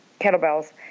kettlebells